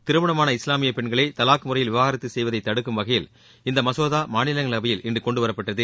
திருமணமான இஸ்லாமிய பெண்களை தலாக் முறையில் விவாகரத்து செய்வதை தடுக்கும் வகையில் இந்த மசோதா மாநிலங்களவையில் இன்று கொண்டுவரப்பட்டது